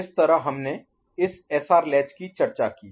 इस तरह हमने इस एसआर लैच की चर्चा की